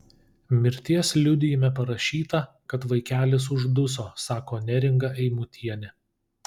mirties liudijime parašyta kad vaikelis užduso sako neringa eimutienė